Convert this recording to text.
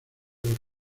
los